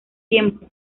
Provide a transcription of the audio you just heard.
tiempo